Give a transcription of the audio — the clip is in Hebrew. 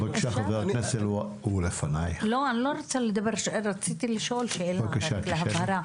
הם לא נמצאים בתוך מסגרת,